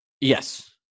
yes